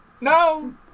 No